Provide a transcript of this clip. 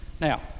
Now